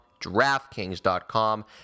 DraftKings.com